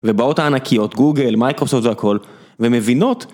ובאות הענקיות, גוגל, מייקרופסופט, והכל, ומבינות.